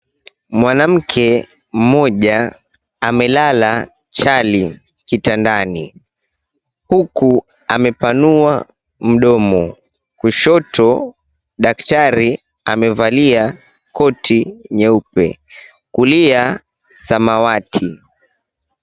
Mwanamke mmoja amelala chali kitandani. Huku amepanua mdomo. Kushoto daktari amevalia koti nyeupe. Kulia samawati.